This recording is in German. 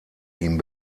ihm